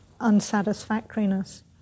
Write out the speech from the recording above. unsatisfactoriness